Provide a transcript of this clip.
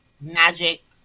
Magic